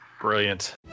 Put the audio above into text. Brilliant